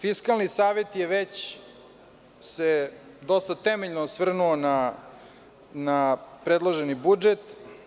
Fiskalni savet je već se dosta temeljno osvrnuo na predloženi budžet.